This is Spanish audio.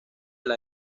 las